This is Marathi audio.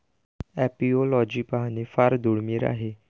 एपिओलॉजी पाहणे फार दुर्मिळ आहे